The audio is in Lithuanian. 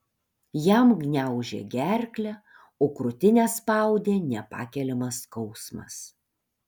jam gniaužė gerklę o krūtinę spaudė nepakeliamas skausmas